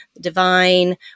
divine